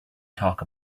talk